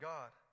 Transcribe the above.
God